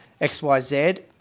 XYZ